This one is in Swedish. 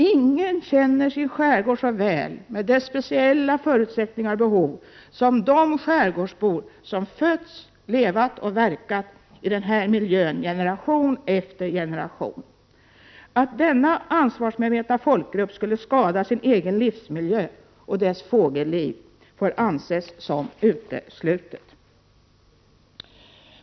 Ingen känner sin skärgård så väl med dess speciella förutsättningar och behov som de skärgårdsbor som fötts, levat och verkat i denna miljö generation efter generation. Att denna ansvarsmedvetna folkgrupp skulle skada sin egen livsmiljö och dess fågelliv får anses som uteslutet.